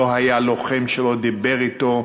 לא היה לוחם שלא דיבר אתו,